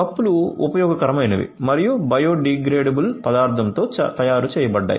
కప్పులు ఉపయోగకరమైనవి మరియు బయోడిగ్రేడబుల్ పదార్థంతో తయారు చేయబడ్డాయి